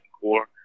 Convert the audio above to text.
core